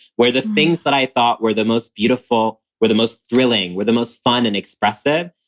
where the things that i thought were the most beautiful, were the most thrilling, were the most fun and expressive.